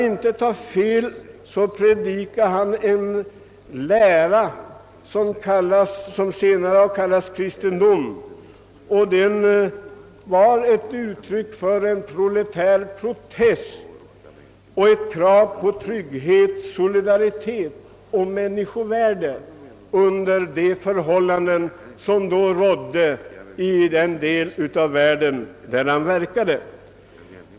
Jo, han predikade en lära som senare har kallats kristendom och som var en proletär protest, ett krav på trygghet, solidaritet och människovärde under de förhållanden som då rådde i den del av världen där han verkade.